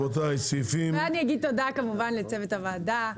ואני אגיד תודה כמובן לצוות הוועדה,